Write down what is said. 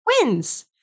wins